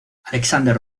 alexander